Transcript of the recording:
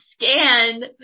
scan